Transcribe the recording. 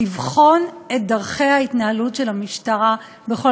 לבחון את דרכי ההתנהלות של המשטרה בכל